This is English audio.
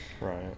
Right